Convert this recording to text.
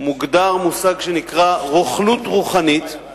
מוגדר מושג שנקרא "רוכלות רוחנית";